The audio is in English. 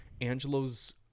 angelo's